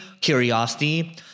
curiosity